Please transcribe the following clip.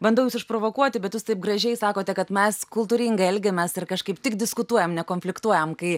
bandau jus išprovokuoti bet jūs taip gražiai sakote kad mes kultūringai elgiamės ir kažkaip tik diskutuojam nekonfliktuojam kai